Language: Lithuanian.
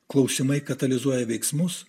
klausimai katalizuoja veiksmus